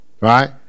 Right